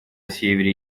севере